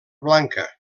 blanca